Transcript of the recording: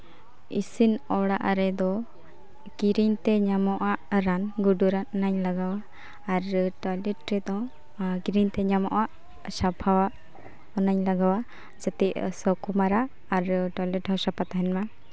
ᱤᱥᱤᱱ ᱚᱲᱟᱜ ᱨᱮᱫᱚ ᱠᱤᱨᱤᱧ ᱛᱮ ᱧᱟᱢᱚᱜᱼᱟᱱ ᱜᱩᱰᱩ ᱨᱟᱱ ᱚᱱᱟᱧ ᱞᱟᱜᱟᱣᱟ ᱟᱨ ᱴᱚᱭᱞᱮᱴ ᱨᱮᱫᱚ ᱠᱤᱨᱤᱧᱛᱮ ᱧᱟᱢᱚᱜᱼᱟ ᱥᱟᱯᱷᱟᱣᱟᱜ ᱚᱱᱟᱧ ᱞᱟᱜᱟᱣᱟ ᱡᱟᱛᱮ ᱥᱚᱵ ᱠᱚ ᱢᱟᱨᱟᱜ ᱟᱨ ᱴᱚᱭᱞᱮᱴ ᱦᱚᱸ ᱥᱟᱯᱷᱟ ᱛᱟᱦᱮᱱ ᱢᱟ